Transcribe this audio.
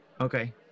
Okay